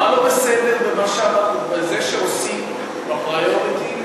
מה לא בסדר במה שאמרתי, בזה שעושים, בפריוריטי,